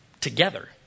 together